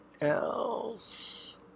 else